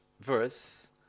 verse